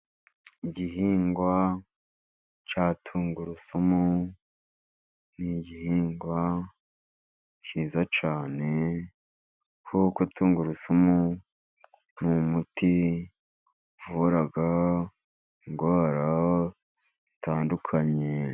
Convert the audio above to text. Igihingwa cya tungurusumu ni igihingwa cyiza cyane, kuko tungurusumu ni umuti uvura indwara zitandukanye.